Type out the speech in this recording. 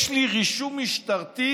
יש לי רישום משטרתי,